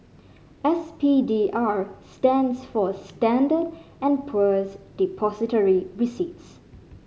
S P D R stands for Standard and Poor's Depository Receipts